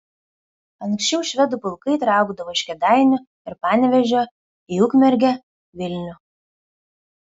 anksčiau švedų pulkai traukdavo iš kėdainių ir panevėžio į ukmergę vilnių